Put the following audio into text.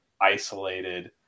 isolated